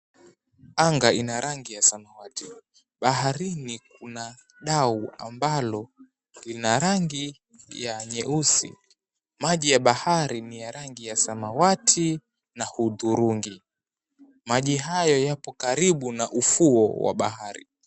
Anga ina rangi ya samawati. Baharini kuna dau ambalo lina rangi ya nyeusi. Maji ya bahari ni ya rangi ya samawati na hudhurungi. Maji hayo yapo karibu na ufuo wa bahari.